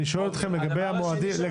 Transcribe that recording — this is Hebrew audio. אני שואל אתכם לגבי המועדים.